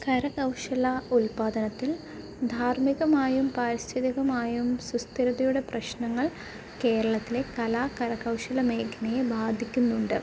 കരകൗശല ഉല്പ്പാദനത്തില് ധാര്മികമായും പാരിസ്ഥിതികമായും സുസ്ഥിരതയുടെ പ്രശ്നങ്ങള് കേരളത്തിലെ കലാ കര കൗശല മേഖലയെ ബാധിക്കുന്നുണ്ട്